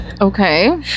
Okay